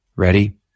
Ready